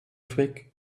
twig